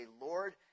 Lord